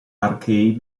arcade